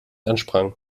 ansprangen